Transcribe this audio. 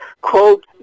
quote